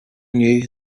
knew